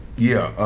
yeah.